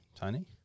Tony